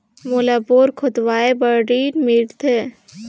मोला बोरा खोदवाय बार ऋण मिलथे?